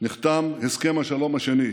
נחתם הסכם השלום השני,